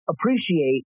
appreciate